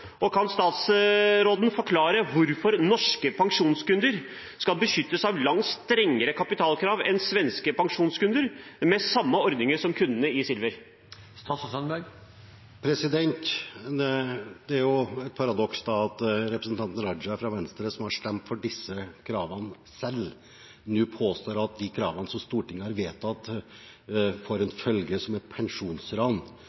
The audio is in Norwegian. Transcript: Kan statsråden forklare hvorfor norske pensjonskunder skal beskyttes av langt strengere kapitalkrav enn svenske pensjonskunder med samme ordninger som kundene i Silver? Det er et paradoks at representanten Raja fra Venstre, som har stemt for disse kravene selv, nå påstår at de kravene som Stortinget har vedtatt, får